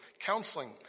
Counseling